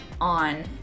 on